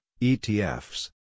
ETFs